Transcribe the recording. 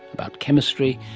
about chemistry,